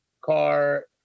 car